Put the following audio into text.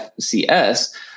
FCS